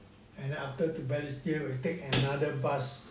and then after to balestier we take another bus